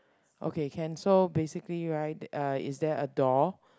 okay can so basically right uh is there a door